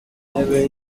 ntebe